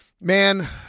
Man